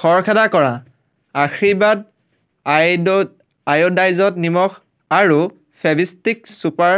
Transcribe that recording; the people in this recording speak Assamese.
খৰখেদা কৰা আশীৰ্বাদ আয়ড' আয়'ডাইজড নিমখ আৰু ফেভিষ্টিক চুপাৰ